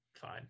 fine